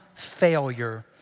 failure